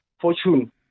Fortune